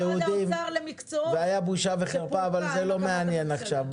זאת הייתה בושה וחרפה אבל זה לא מעניין עכשיו,